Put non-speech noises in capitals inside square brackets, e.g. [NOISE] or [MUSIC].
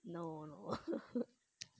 no no [LAUGHS]